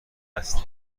هستی